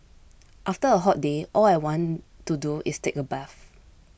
after a hot day all I want to do is take a bath